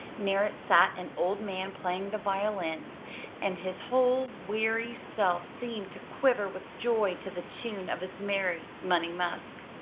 near it sat an old man playing the violin and his whole wiry self seemed to quiver with joy to the tune of his merry money musk.